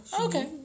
okay